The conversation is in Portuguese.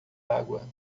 água